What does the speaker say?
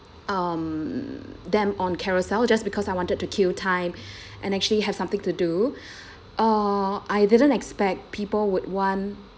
um them on Carousell just because I wanted to kill time and actually have something to do uh I didn't expect people would want